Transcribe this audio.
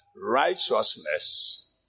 righteousness